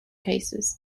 cases